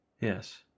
Yes